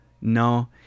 No